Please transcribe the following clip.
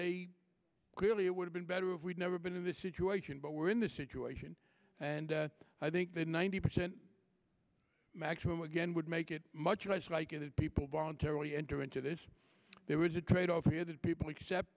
a clearly it would have been better if we'd never been in this situation but we're in this situation and i think the ninety percent maximum again would make it much less likely that people voluntarily enter into this there was a tradeoff here that people accept